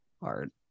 Hard